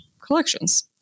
collections